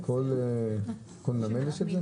בכל נמל יש את זה?